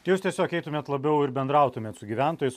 jūs tiesiog eitumėt labiau ir bendrautumėt su gyventojais